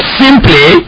simply